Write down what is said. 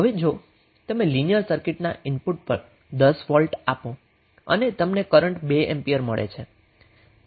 હવે જો તમે લિનિયર સર્કિટના ઇનપુટ પર 10 વોલ્ટ આપો અને તમને કરન્ટ 2 એમ્પીયર મળે છે